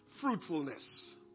Fruitfulness